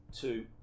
two